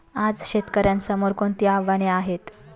आज शेतकऱ्यांसमोर कोणती आव्हाने आहेत?